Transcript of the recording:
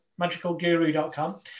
magicalguru.com